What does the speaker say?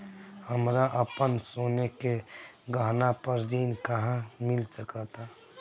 हमरा अपन सोने के गहना पर ऋण कहां मिल सकता?